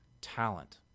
talent